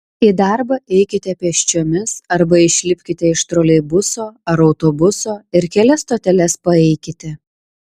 į darbą eikite pėsčiomis arba išlipkite iš troleibuso ar autobuso ir kelias stoteles paeikite